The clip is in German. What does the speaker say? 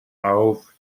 auf